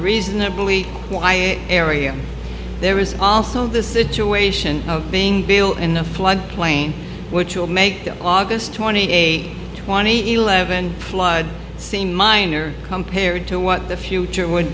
reasonably area there is also the situation of being built in the flood plain which will make the august twenty eighth twenty eleven flood seem minor compared to what the future would